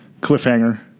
Cliffhanger